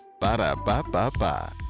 Ba-da-ba-ba-ba